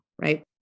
right